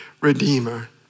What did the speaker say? redeemer